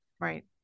right